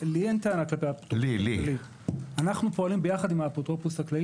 אנחנו פועלים יחד עם האפוטרופוס הכללי